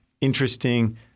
interesting